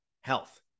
health